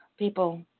people